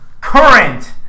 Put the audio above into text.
current